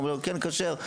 אומרים לו: כן, כשר.